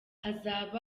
hazaba